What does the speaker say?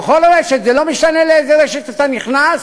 בכל רשת, זה לא משנה לאיזו רשת אתה נכנס,